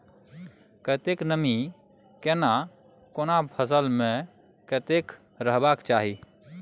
कतेक नमी केना कोन फसल मे कतेक रहबाक चाही?